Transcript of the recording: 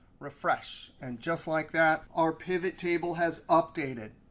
refresh. and just like that, our pivottable has updated.